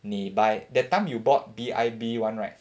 你 buy that time you bought B_I_B [one] right